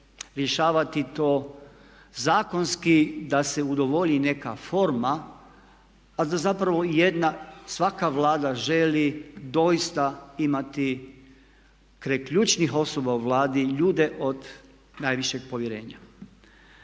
rješavati to zakonski da se udovolji neka forma a da zapravo jedna, svaka Vlada želi doista imati kraj ključnih osoba u Vladi ljude od najvišeg povjerenja.